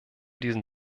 diesen